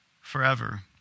forever